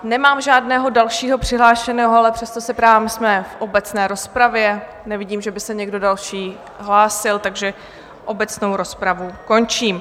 Nemám žádného dalšího přihlášeného, ale přesto se ptám, jsme v obecné rozpravě, nevidím, že by se někdo další hlásil, takže obecnou rozpravu končím.